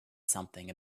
something